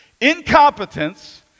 Incompetence